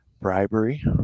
bribery